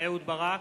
אהוד ברק,